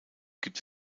gibt